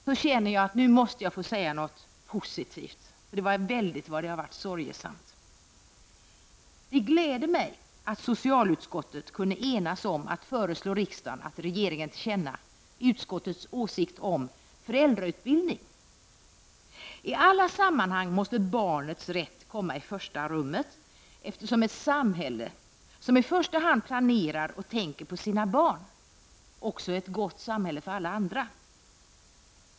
Herr talman! Mitt i denna litania över barnomsorgen känner jag att jag måste få säga något positivt, för det var väldigt vad det har varit sorgesamt. Det gläder mig att socialutskottet kunde enas om att föreslå riksdagen att ge regeringen till känna utskottets åsikt om föräldrautbildning. I alla sammanhang måste barnets rätt komma i första rummet, eftersom ett samhälle som i första hand planerar och tänker på sina barn också är ett gott samhälle för alla andra.